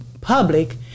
public